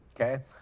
okay